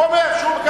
מאיפה הוא יודע?